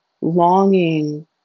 longing